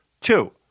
Two